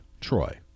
Troy